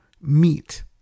meet